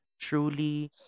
truly